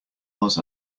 was